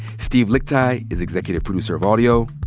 steve lickteig is executive producer of audio.